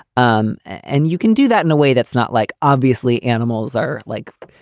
um and you can do that in a way that's not like obviously animals are like,